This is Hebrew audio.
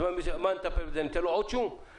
האם ניתן לו עוד שום כדי לטפל בו?